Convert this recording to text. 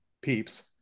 Peeps